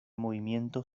movimiento